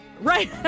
Right